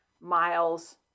miles